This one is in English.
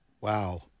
Wow